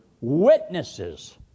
Witnesses